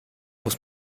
muss